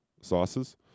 sauces